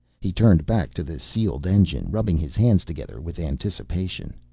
he turned back to the sealed engine, rubbing his hands together with anticipation.